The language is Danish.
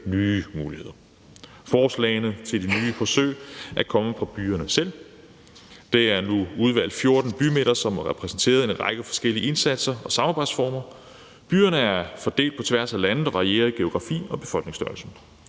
nye muligheder. Forslagene til de nye forsøg er kommet fra byerne selv. Der er nu 14 udvalgte bymidter, som er repræsenteret med en række forskellige indsatser og samarbejdsformer. Byerne er fordelt på tværs af landet og varierer i geografi og befolkningsstørrelse.